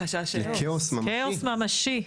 כאוס ממשי?